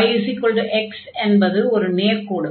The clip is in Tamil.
yx என்பது ஒரு நேர்க்கோடு